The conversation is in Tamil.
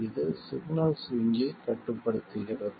இது சிக்னல் ஸ்விங்கை கட்டுப்படுத்துகிறது